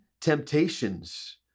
temptations